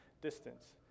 distance